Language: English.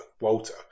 Walter